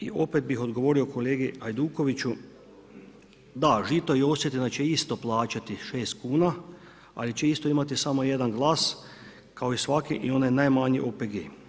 I opet bih odgovorio kolegi Hajdukoviću, da Žito i Osatina će isto plaćati 6 kuna, ali će isto imati samo jedan glas kao i svaki i onaj najmanji OPG.